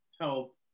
help